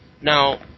Now